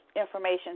information